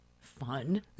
Fun